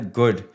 good